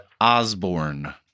Osborne